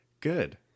Good